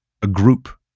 a group.